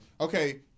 Okay